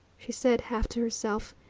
she said half to herself.